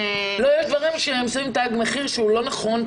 יש דברים ששמים תג מחיר שהוא לא נכון,